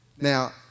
Now